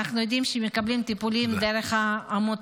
אנחנו יודעים שהם מקבלים טיפולים דרך העמותות